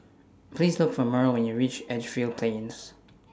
Please Look For Mearl when YOU REACH Edgefield Plains